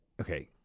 okay